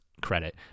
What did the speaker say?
credit